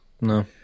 no